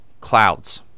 clouds